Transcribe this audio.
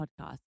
podcast